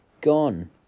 gone